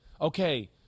okay